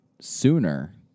sooner